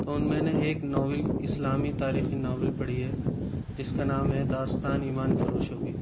تو میں نے ایک ناول اسلامی تاریخی ناول پڑھی ہے جس کا نام ہے داستان ایمان فروشوں کی